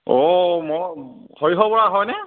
অঁ মই হৰিহব বৰা হয়নে